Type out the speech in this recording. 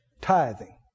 Tithing